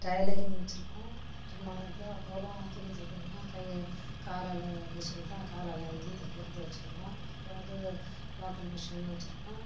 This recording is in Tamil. டைலரிங் வச்சுருக்கோம் முக்கியமானது அப்போயெலாம் துணி தைக்கணும்னா கையை காலால் மிஷின் தான் காலால் அழுத்தி தைக்கிறது வச்சுருந்தோம் இப்போது வந்து மோட்ரு மிஷின் வச்சுருக்கோம்